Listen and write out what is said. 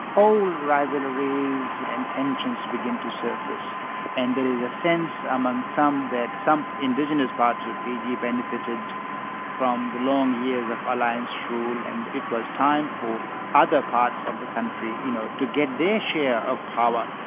old rivalries and tensions begin to surface and there is a sense amongst some that some indigenous parts of fiji benefited from the long years of alliance rule, and it was time for other parts of the country you know to get their share of power.